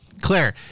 Claire